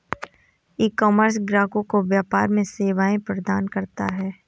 ecommerce ग्राहकों को व्यापार में सेवाएं प्रदान करता है